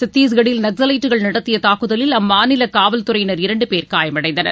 சத்திஷ்கடில் நக்ஸலைட்டுகள் நடத்திய தாக்குதலில் அம்மாநில காவல்துறையினர் இரண்டு பேர் காயமடைந்தனர்